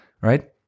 right